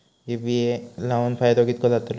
हे बिये लाऊन फायदो कितको जातलो?